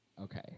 Okay